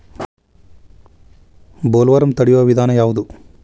Bollworm ತಡಿಯು ವಿಧಾನ ಯಾವ್ದು?